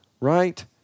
right